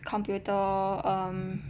computer um